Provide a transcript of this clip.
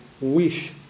wish